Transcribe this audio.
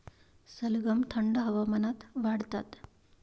सलगम थंड हवामानात वाढतात